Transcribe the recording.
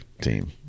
team